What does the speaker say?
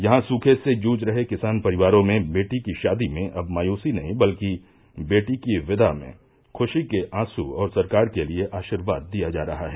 यहां सूखे से जूझ रहे किसान परिवारों में बेटी की शादी में अब मायूसी नहीं बल्कि बेटी की विदा में खुशी के आँसू और सरकार के लिये आशीर्वाद दिया जा रहा है